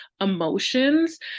emotions